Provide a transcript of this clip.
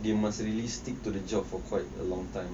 you must really stick to the job for quite a long time